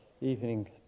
evening